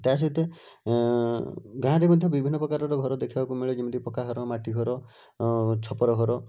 ତା ସହିତ ଗାଁ'ରେ ମଧ୍ୟ ବିଭିନ୍ନ ପ୍ରକାରର ଘର ଦେଖିବାକୁ ମିଳେ ଯେମିତି ପକ୍କା ଘର ମାଟି ଘର ଛପର ଘର